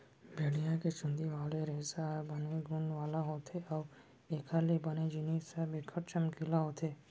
भेड़िया के चुंदी वाले रेसा ह बने गुन वाला होथे अउ एखर ले बने जिनिस ह बिकट चमकीला होथे